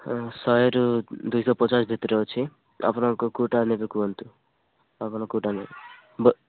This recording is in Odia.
ହଁ ଶହେରୁ ଦୁଇଶ ପଚାଶ ଭିତରେ ଅଛି ଆପଣଙ୍କୁ କେଉଁଟା ନେବେ କୁହନ୍ତୁ ଆପଣ କେଉଁଟା ନେବେ ବ